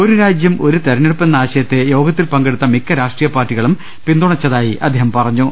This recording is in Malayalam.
ഒരുരാജ്യം ഒരുതിരഞ്ഞെടുപ്പ് എന്ന ആശയത്തെ യോഗത്തിൽ പങ്കെടുത്ത മിക്ക രാഷ്ട്രീയപാർട്ടികളും പിന്തു ണച്ചതായി അദ്ദേഹം പറഞ്ഞു